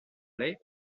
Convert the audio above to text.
les